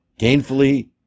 gainfully